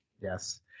yes